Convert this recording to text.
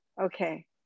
okay